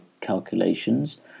calculations